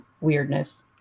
weirdness